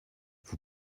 vous